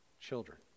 children